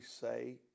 say